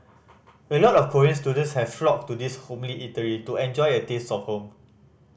a lot of Korean students have flocked to this homely eatery to enjoy a taste of home